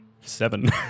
Seven